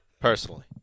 Personally